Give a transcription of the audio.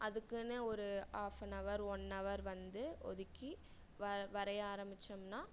அதுக்குன்னே ஒரு half an hour one hour வந்து ஒதுக்கி வர் வரைய ஆரமித்தோம்னா